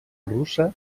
russa